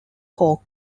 cork